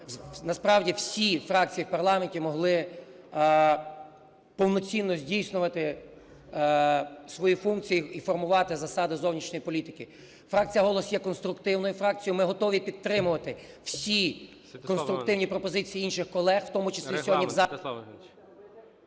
насправді всі фракції в парламенті могли повноцінно здійснювати свої функції і формувати засади зовнішньої політики. Фракція "Голос" є конструктивною. Фракцією ми готові підтримувати всі конструктивні пропозиції інших колег, в тому числі сьогодні в